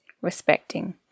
respecting